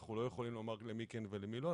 אנחנו לא יכולים לומר למי כן ולמי לא,